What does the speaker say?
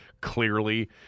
Clearly